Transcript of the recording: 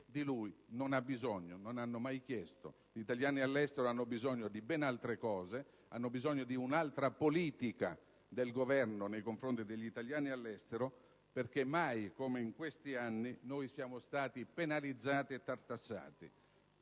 di lui non hanno bisogno e di cui non hanno mai chiesto. Gli italiani all'estero hanno bisogno di ben altre cose, hanno bisogno di un'altra politica del Governo nei loro confronti, perché mai come in questi anni siamo stati penalizzati e tartassati.